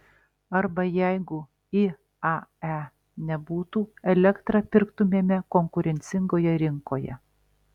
arba jeigu iae nebūtų elektrą pirktumėme konkurencingoje rinkoje